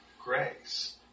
grace